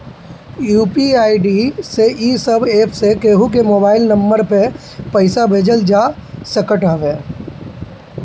UPI ID से इ सब एप्प से केहू के मोबाइल नम्बर पअ पईसा भेजल जा सकत हवे